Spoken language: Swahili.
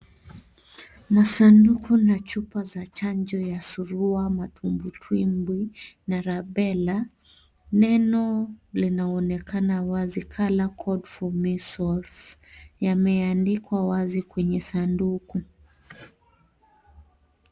Masanduku na chupa za chanjo ya surua, matumbwi tumbwi na rubela. Neno linaonekana wazi color code for measles yameandikwa wazi kwenye sanduku.